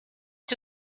que